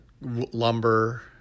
lumber